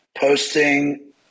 posting